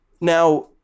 Now